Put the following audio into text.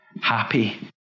happy